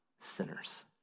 sinners